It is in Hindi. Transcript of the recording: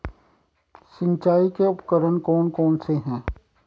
सिंचाई के उपकरण कौन कौन से हैं?